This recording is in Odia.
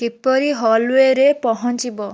କିପରି ହଲୱେରେ ପହଞ୍ଚିବ